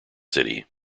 city